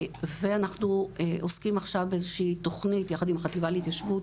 ואנחנו עוסקים עכשיו באיזושהי תוכנית יחד עם החטיבה להתיישבות,